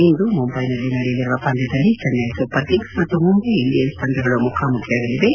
ಇಂದು ಮುಂಬೈನಲ್ಲಿ ನಡೆಯಲಿರುವ ಪಂದ್ಯದಲ್ಲಿ ಚೆನ್ನೈ ಸೂಪರ್ ಕಿಂಗ್ಸ್ ಮತ್ತು ಮುಂಬೈ ಇಂಡಿಯನ್ಸ್ ತಂಡಗಳು ಮುಖಾಮುಖಿಯಾಗಲಿವೆ